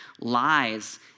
lies